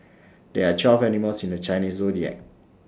there are twelve animals in the Chinese Zodiac